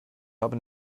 habe